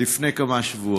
לפני כמה שבועות?